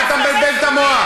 מה אתה מבלבל את המוח?